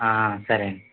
సరే అండి